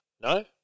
No